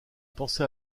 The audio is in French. pensez